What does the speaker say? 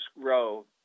grow